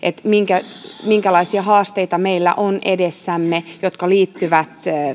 minkälaisia haasteita meillä on edessämme jotka liittyvät